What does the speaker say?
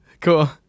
Cool